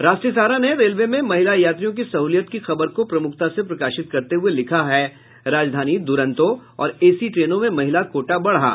राष्ट्रीय सहारा ने रेलवे में महिला यात्रियों की सहुलियत की खबर को प्रमुखता से प्रकाशित करते हुये लिखा है राजधानी दूरंतो और एसी ट्रेनों में महिला कोटा बढ़ा